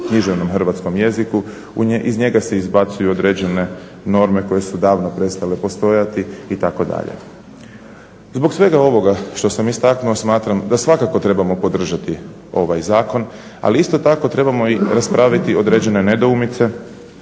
književnom jeziku, iz njega se izbacuju određene norme koje su davno prestale postojati itd. Zbog svega ovog što sam istaknuo smatram da svakako trebamo podržati ovaj zakon, ali isto tako trebamo i raspraviti određene nedoumice,